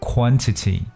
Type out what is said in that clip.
Quantity